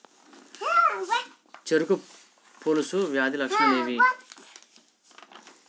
చెరుకు పొలుసు వ్యాధి లక్షణాలు ఏవి?